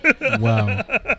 wow